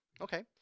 Okay